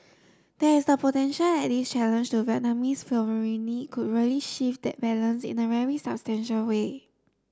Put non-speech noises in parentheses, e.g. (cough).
there is the potential that this challenge to Vietnamese (unintelligible) could really shift that balance in a very substantial way